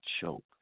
choke